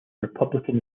republican